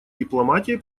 дипломатией